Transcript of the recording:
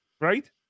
Right